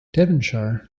devonshire